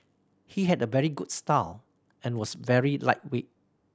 he had a very good style and was very lightweight